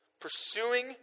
Pursuing